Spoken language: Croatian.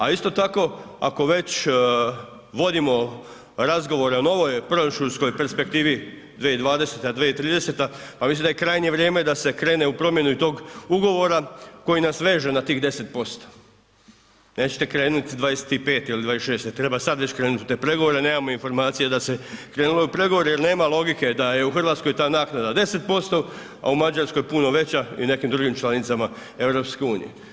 A isto tako ako već vodimo razgovore o novoj proračunskoj perspektivi 2020., 2030., pa mislim da je krajnje vrijeme da se krene u promjenu i tog ugovora koji nas veže na tih 10%, nećete krenut 25.-te ili 26.-te, treba sad već krenut u te pregovore, nemamo informacije da se krenulo u pregovore jel nema logike da je u RH ta naknada 10%, a u Mađarskoj puno veća i u nekim drugim članicama EU.